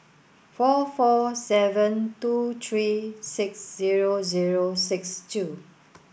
four four seven two three six zero zero six two